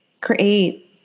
create